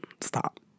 Stop